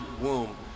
womb